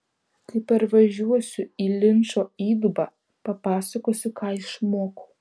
kai parvažiuosiu į linčo įdubą papasakosiu ką išmokau